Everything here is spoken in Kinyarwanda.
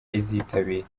izitabira